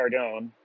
Cardone